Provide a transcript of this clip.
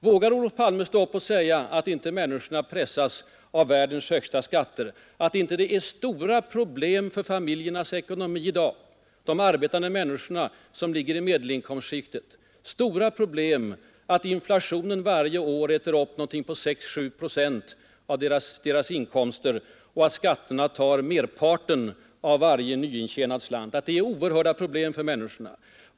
Vågar Olof Palme säga att människorna inte pressas av världens högsta skatter, att det inte innebär oerhörda problem för familjernas ekonomi i dag för de arbetande människor som befinner sig i mellaninkomstskiktet, att inflationen varje år äter upp sex sju procent av deras inkomster och att skatterna tar merparten av varje nyintjänad slant?